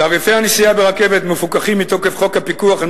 תעריפי הנסיעה ברכבת מפוקחים מתוקף חוק פיקוח על